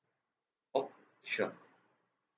oh sure